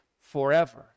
forever